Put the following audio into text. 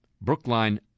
Brookline